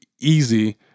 easy